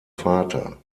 vater